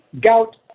gout